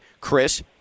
Chris